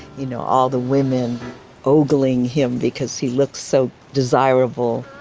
you know all the women ogling him because he looks so desirable.